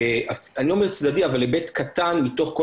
ואני לא אומר צדדי אבל היבט קטן מתוך כל